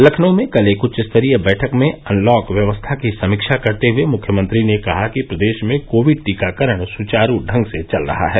लखनऊ में कल एक उच्चस्तरीय बैठक में अनलॉक व्यवस्था की समीक्षा करते हुए मुख्यमंत्री ने कहा कि प्रदेश में कोविड टीकाकरण सुचारु ढंग से चल रहा है